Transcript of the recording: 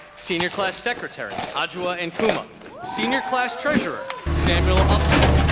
senior class secretary otuwa ankuma senior class treasurer samuel updike,